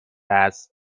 است